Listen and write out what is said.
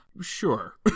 Sure